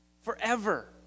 forever